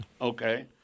Okay